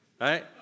right